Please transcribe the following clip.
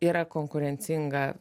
yra konkurencinga